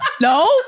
No